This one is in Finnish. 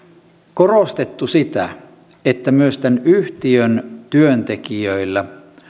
korostettu sitä että myös tämän yhtiön työntekijöillä